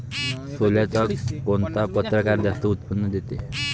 सोल्याचा कोनता परकार जास्त उत्पन्न देते?